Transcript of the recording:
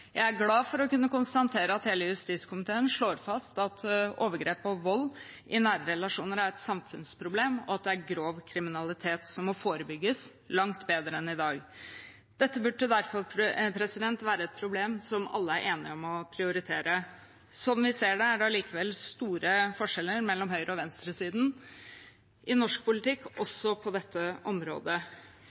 Jeg er glad for å kunne konstatere at hele justiskomiteen slår fast at overgrep og vold i nære relasjoner er et samfunnsproblem, og at det er grov kriminalitet som må forebygges langt bedre enn i dag. Dette burde derfor være et problem som alle er enige om å prioritere. Slik vi ser det, er det likevel store forskjeller mellom høyre- og venstresiden i norsk politikk også på dette området.